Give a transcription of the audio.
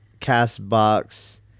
CastBox